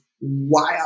wild